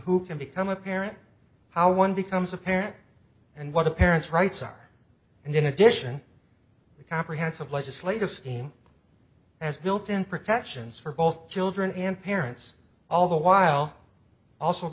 who can become a parent how one becomes a parent and what a parent's rights are and in addition the comprehensive legislative scheme has built in protections for both children and parents all the while also